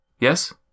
Yes